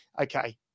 okay